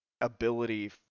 ability